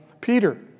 Peter